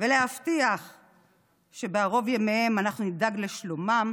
ולהבטיח שבערוב ימיהם אנחנו נדאג לשלומם,